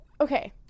okay